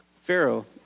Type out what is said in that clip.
Pharaoh